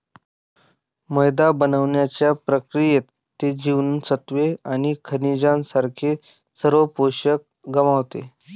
मैदा बनवण्याच्या प्रक्रियेत, ते जीवनसत्त्वे आणि खनिजांसारखे सर्व पोषक गमावते